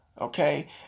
Okay